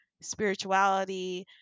spirituality